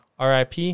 RIP